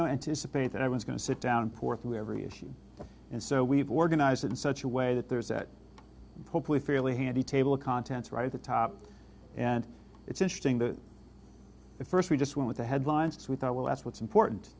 don't anticipate that i was going to sit down and poor through every issue and so we've organized in such a way that there's that hopefully fairly handy table of contents right at the top and it's interesting that at first we just went with the headlines we thought well that's what's important